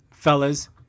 Fellas